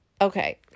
Okay